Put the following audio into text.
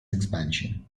expansion